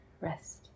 rest